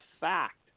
fact